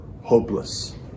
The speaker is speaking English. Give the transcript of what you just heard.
hopeless